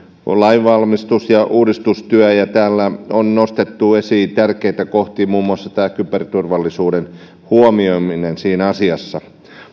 lainvalmistelu ja uudistustyö täällä on nostettu esiin tärkeitä kohtia muun muassa tämä kyberturvallisuuden huomioiminen tässä asiassa